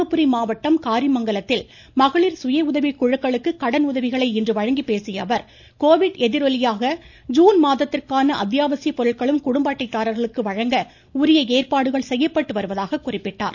தர்மபுரி மாவட்டம் காரிமங்கலத்தில் மகளிர் சுயஉதவிக்குழுக்களுக்கு கடனுதவிகளை இன்று வழங்கி பேசிய அவர் கோவிட் எதிரொலியாக ஜீன் மாதத்திற்கான அத்தியாவசிய பொருட்களும் குடும்ப அட்டைதாரர்களுக்கு வழங்க உரிய ஏற்பாடுகள் செய்யப்பட்டு வருவதாக கூறினார்